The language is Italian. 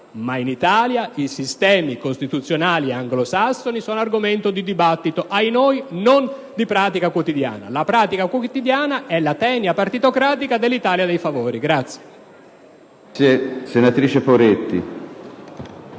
Ma in Italia i sistemi costituzionali anglosassoni sono argomento di dibattito e - ahimè - non di pratica quotidiana: la pratica quotidiana è la tenia partitocratica dell'Italia dei favori.